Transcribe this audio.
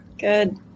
good